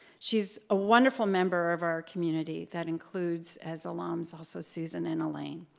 she's a wonderful member of our community that includes as alums also susan and elaine,